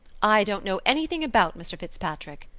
i don't know anything about mr. fitzpatrick,